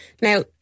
Now